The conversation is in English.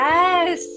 Yes